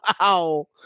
Wow